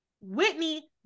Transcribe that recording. Whitney